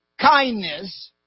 kindness